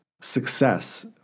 success